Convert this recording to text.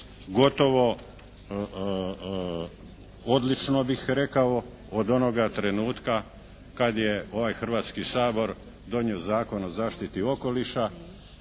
gotovo odlično bih rekao, od onoga trenutka kad je ovaj Hrvatski sabor donio Zakon o zaštiti okoliša